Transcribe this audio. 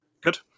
Good